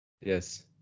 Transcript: yes